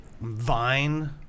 Vine